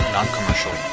Non-Commercial